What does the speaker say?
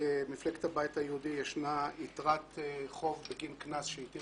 למפלגת הבית היהודי ישנה יתרת חוב בגין קנס שהטיל